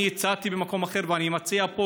אני הצעתי במקום אחר, ואני מציע גם פה,